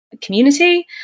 Community